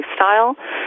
lifestyle